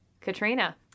Katrina